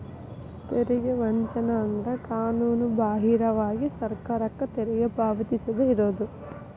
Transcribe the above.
ತೆರಿಗೆ ವಂಚನೆ ಅಂದ್ರ ಕಾನೂನುಬಾಹಿರವಾಗಿ ಸರ್ಕಾರಕ್ಕ ತೆರಿಗಿ ಪಾವತಿಸದ ಇರುದು